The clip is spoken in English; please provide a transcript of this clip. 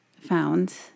found